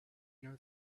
know